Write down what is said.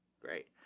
Great